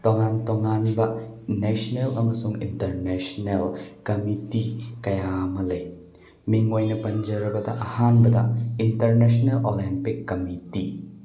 ꯇꯣꯉꯥꯟ ꯇꯣꯉꯥꯟꯕ ꯅꯦꯁꯅꯦꯜ ꯑꯃꯁꯨꯡ ꯏꯟꯇꯔꯅꯦꯁꯅꯦꯜ ꯀꯝꯃꯤꯠꯇꯤ ꯀꯌꯥ ꯑꯃ ꯂꯩ ꯃꯤꯡ ꯑꯣꯏꯅ ꯄꯟꯖꯔꯕꯗ ꯑꯍꯥꯟꯕꯗ ꯏꯟꯇꯔꯅꯦꯁꯅꯦꯜ ꯑꯣꯂꯦꯝꯄꯤꯛ ꯀꯝꯃꯤꯠꯇꯤ